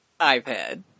iPad